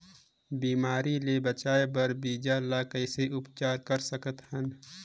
बिमारी ले बचाय बर बीजा ल कइसे उपचार कर सकत हन?